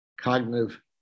cognitive